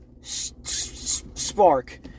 Spark